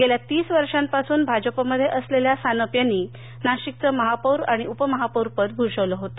गेल्या तीस वर्षापासून भाजपमध्ये असलेल्या सानप यांनी नाशिकचं महापोर उपमहापोरपद भूषविल होत